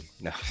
no